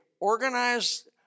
organized